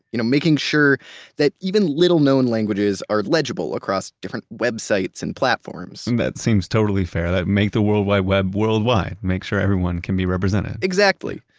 you know, making sure that even little known languages are legible across different websites and platforms that seems totally fair. make the worldwide web worldwide. make sure everyone can be represented exactly.